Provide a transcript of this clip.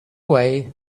way